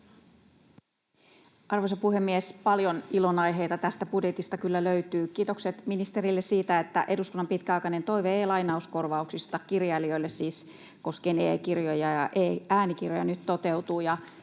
Arvoisa puhemies! Paljon ilonaiheita tästä budjetista kyllä löytyy. Kiitokset ministerille siitä, että eduskunnan pitkäaikainen toive e-lainauskorvauksista, kirjailijoille siis, koskien e-kirjoja ja e-äänikirjoja, nyt toteutuu.